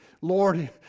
Lord